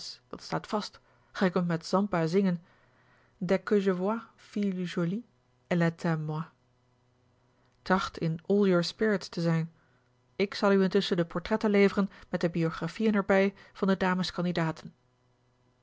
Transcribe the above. dat staat vast gij kunt met zampa zingen dès que je vois fille jolie elle est à moi tracht in all your spirits te zijn ik zal u intusschen de portretten leveren met de biographieën er bij van de damescandidaten